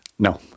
no